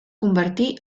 convertí